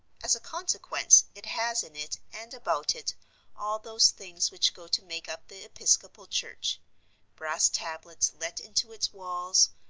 as a consequence it has in it and about it all those things which go to make up the episcopal church brass tablets let into its walls,